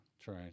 Try